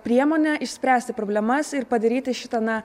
priemonė išspręsti problemas ir padaryti šitą na